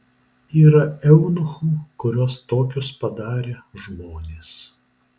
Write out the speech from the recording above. yra eunuchų kuriuos tokius padarė žmonės